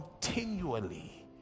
continually